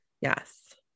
Yes